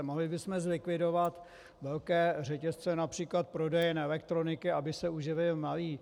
Mohli bychom zlikvidovat velké řetězce například prodejen elektroniky, aby se uživili malí.